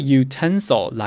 utensil